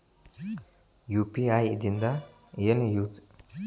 UPI ದಿಂದ ಏನು use?